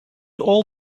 all